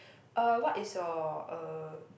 uh what is your uh